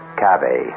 cave